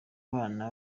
bana